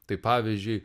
tai pavyzdžiui